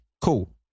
cool